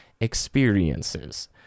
experiences